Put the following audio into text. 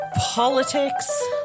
politics